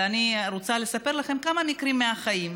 אלא אני רוצה לספר לכם על כמה מקרים מהחיים: